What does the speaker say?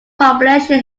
population